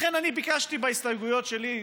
לכן אני ביקשתי בהסתייגויות שלי,